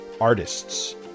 artists